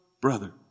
brother